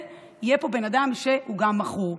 יגיע אדם שהוא גם מכור.